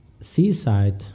seaside